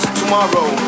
tomorrow